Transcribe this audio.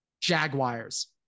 Jaguars